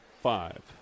five